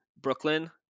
Brooklyn